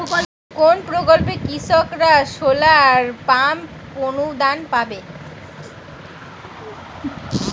কোন প্রকল্পে কৃষকরা সোলার পাম্প অনুদান পাবে?